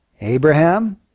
Abraham